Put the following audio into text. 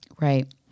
Right